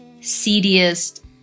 seediest